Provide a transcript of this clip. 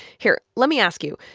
here. let me ask you.